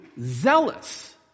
zealous